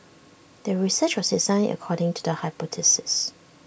the research was designed according to the hypothesis